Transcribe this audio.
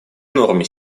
нормы